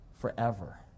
forever